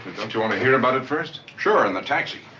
don't you want to hear about it first? sure, in the taxi.